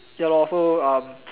ya lah so